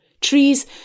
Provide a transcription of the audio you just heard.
trees